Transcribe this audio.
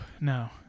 no